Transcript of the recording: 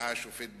טעה השופט בזה,